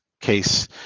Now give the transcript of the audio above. case